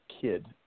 kid